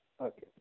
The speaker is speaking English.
Okay